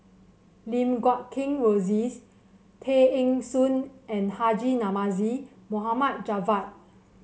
Lim Guat Kheng Rosie Tay Eng Soon and Haji Namazie Mohd Javad